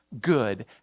good